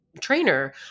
trainer